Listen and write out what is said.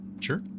Sure